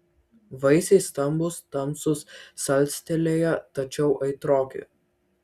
vaisiai stambūs tamsūs salstelėję tačiau aitroki